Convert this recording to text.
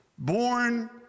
Born